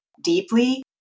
deeply